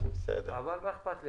אבל מה אכפת לי.